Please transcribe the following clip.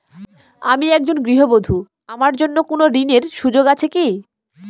আমি একজন গৃহবধূ আমার জন্য কোন ঋণের সুযোগ আছে কি?